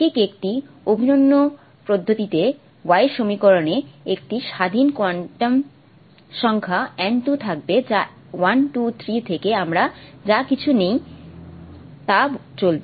ঠিক একটি অভিন্ন পদ্ধতিতে y সমীকরণে একটি স্বাধীন কোয়ান্টাম সংখ্যা n2 থাকবে যা 1 2 3 থেকে আমরা যা কিছু নিই তা চলবে